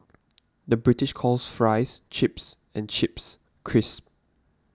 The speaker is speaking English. the British calls Fries Chips and Chips Crisps